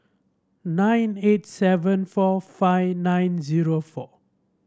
nine eight seven four five nine zero four